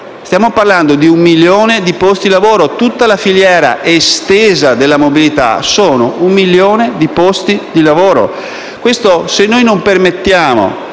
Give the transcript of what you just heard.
afferisce a un milione di posti di lavoro. Tutta la filiera estesa della mobilità conta un milione di posti di lavoro.